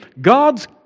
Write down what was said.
God's